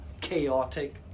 chaotic